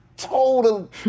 total